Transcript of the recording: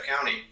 County